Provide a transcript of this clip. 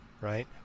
right